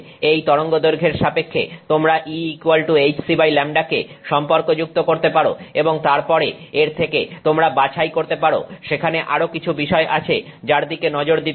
এই তরঙ্গদৈর্ঘ্যের সাপেক্ষে তোমরা E hcλ কে সম্পর্কযুক্ত করতে পারো এবং তারপরে এর থেকে তোমরা বাছাই করতে পারো সেখানে আরো কিছু বিষয় আছে যার দিকে নজর দিতে হয়